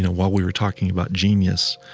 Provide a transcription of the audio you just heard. while we were talking about genius